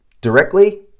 directly